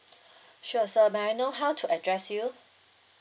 sure sir may I know how to address you